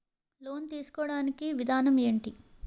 Loan తీసుకోడానికి విధానం ఏంటి?